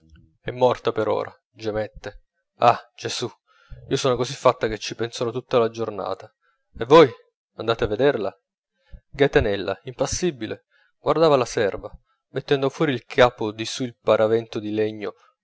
è morta or ora gemette ah gesù io sono così fatta che ci penserò tutta la giornata e voi andate a vederla gaetanella impassibile guardava la serva mettendo fuori il capo di su il paravento di legno